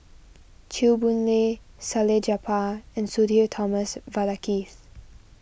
Chew Boon Lay Salleh Japar and Sudhir Thomas Vadaketh